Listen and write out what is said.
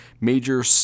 major